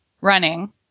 running